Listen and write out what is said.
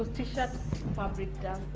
t-shirt fabric does